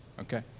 Okay